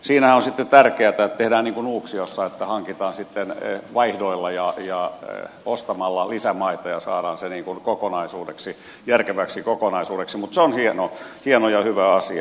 siinähän on sitten tärkeätä että tehdään niin kun nuuksiossa että hankitaan sitten vaihdoilla ja ostamalla lisämaita ja saadaan se järkeväksi kokonaisuudeksi mutta se on hieno ja hyvä asia